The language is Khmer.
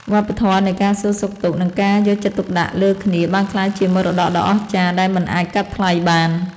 វប្បធម៌នៃការសួរសុខទុក្ខ និងការយកចិត្តទុកដាក់លើគ្នា បានក្លាយជាមរតកដ៏អស្ចារ្យដែលមិនអាចកាត់ថ្លៃបាន។